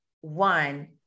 one